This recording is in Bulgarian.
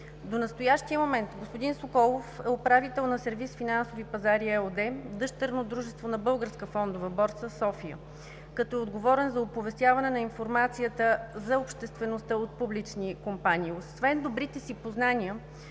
До настоящия момент господин Соколов е управител на „Сервиз финансови пазари“ ЕООД, дъщерно дружество на Българска фондова борса – София, като е отговорен за оповестяване на информацията за обществеността от публични компании. Освен добрите си познания